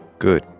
Good